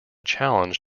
challenge